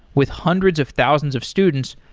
with hundreds of thousands of students,